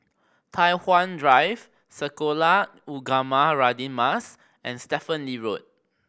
Tai Hwan Drive Sekolah Ugama Radin Mas and Stephen Lee Road